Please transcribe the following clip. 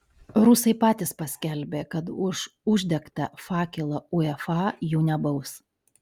rusai patys paskelbė kad už uždegtą fakelą uefa jų nebaus